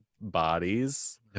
bodies